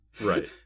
Right